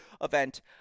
event